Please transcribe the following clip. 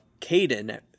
Caden